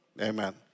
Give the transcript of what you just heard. Amen